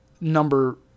number